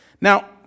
Now